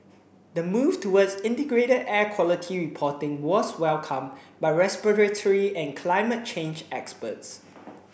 the move towards integrated air quality reporting was welcomed by respiratory and climate change experts